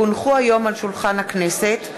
כי הונחה היום על שולחן הכנסת,